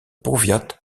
powiat